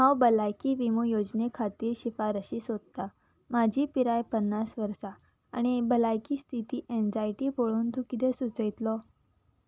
हांव भलायकी विमो योजने खातीर शिफारशी सोदतां म्हाजी पिराय पन्नास वर्सां आनी भलायकी स्थिती एन्झायटी पळोवन तूं कितें सुचयतलो